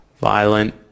violent